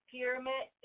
Pyramid